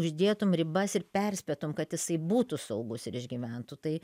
uždėtum ribas ir perspėtum kad jisai būtų saugus ir išgyventų tai